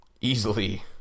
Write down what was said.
easily